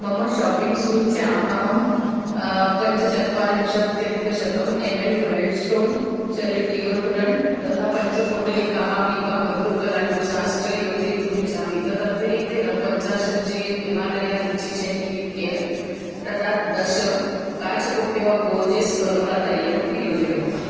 मम शापिङ्ग् सूच्याम् अहं पञ्चचत्वारिंशत्यधिकशतम् एम् एल् वैल्ड् स्टोन् शरीर डियोडरण्ट् तथा पञ्चपोटलिकाः बीबा मधुरपलाण्डु सास् च योजयितुम् इच्छामि तदतिरिक्तेन पञ्चाशतं G M Himalaya lychee shine lip care तथा दश काचकूप्यः बोर्जेस् कनोला तैलम् अपि योजय